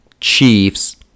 chiefs